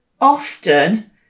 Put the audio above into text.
often